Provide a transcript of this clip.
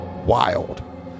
wild